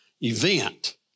event